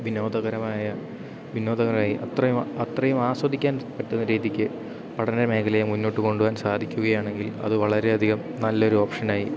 വിനോദകരമായ വിനോദകരമായി അത്രയും അത്രയും ആസ്വദിക്കാൻ പറ്റുന്ന രീതിക്ക് പഠന മേഖലയെ മുന്നോട്ട് കൊണ്ടു പോകാൻ സാധിക്കുകയാണെങ്കിൽ അത് വളരെയധികം നല്ലൊരു ഓപ്ഷനായി